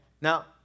now